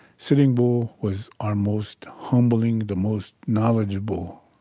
sitting bull was our most humbling, the most knowledgeable,